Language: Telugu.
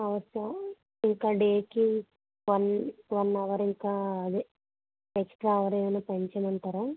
ఓకే ఇంకా డేకి వన్ వన్ అవర్ ఇంకా అదే ఎక్స్ట్రా అవర్ ఏమన్న పెంచమంటారా